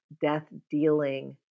death-dealing